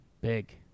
Big